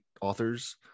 authors